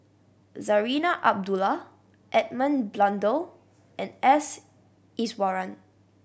Zarinah Abdullah Edmund Blundell and S Iswaran